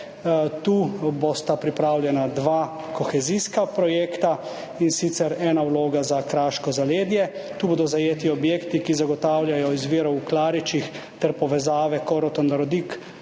Tu bosta pripravljena dva kohezijska projekta, in sicer ena vloga za kraško zaledje, tukaj bodo zajeti objekti, ki zagotavljajo izvir v Klaričih ter povezave Korotan–Rodik,